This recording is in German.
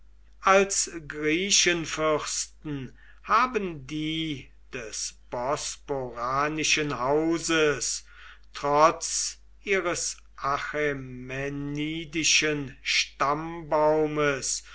als griechenfürsten haben die des bosporanischen hauses trotz ihres